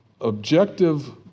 objective